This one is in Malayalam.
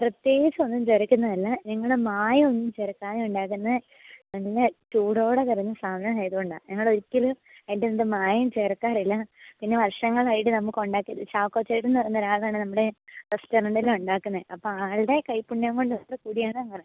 പ്രത്യേകിച്ചൊന്നും ചേർക്കുന്നതല്ല ഞങ്ങളു ടെ മായം ഒന്നും ചേർക്കാതെ ഉണ്ടാക്കുന്ന നല്ല ചൂടോടെ തരുന്ന സാധനമായത് കൊണ്ടാണ് ഞങ്ങൾ ഒരിക്കലും അതിൻറെ അകത്ത് മായം ചേർക്കാറില്ല പിന്നെ വർഷങ്ങളായിട്ട് നമുക്ക് ഉണ്ടാക്കി ചാക്കോ ചേട്ടൻ എന്ന് പറയുന്ന ഒരാളാണ് നമ്മുടെ റെസ്റ്റോറൻറിൽ ഉണ്ടാക്കുന്നത് അപ്പോൾ ആളുടെ കൈപ്പുണ്യം കൊണ്ടൊക്കെ കൂടിയാണ് അങ്ങനെ